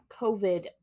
COVID